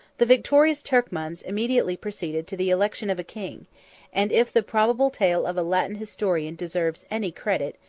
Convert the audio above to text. the victorious turkmans immediately proceeded to the election of a king and, if the probable tale of a latin historian deserves any credit,